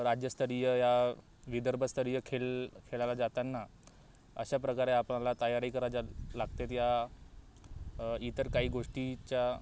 राज्यस्तरीय या विदर्भस्तरीय खेळ खेळायला जाताना अशा प्रकारे आपल्याला तयारी करा ज्या लागते या इतर काही गोष्टीच्या